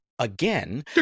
Again